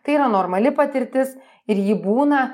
tai yra normali patirtis ir ji būna